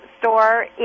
store